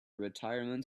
retirement